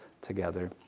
together